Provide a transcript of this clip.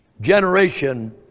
generation